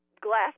glass